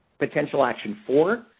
potential action four,